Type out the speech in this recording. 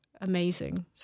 amazing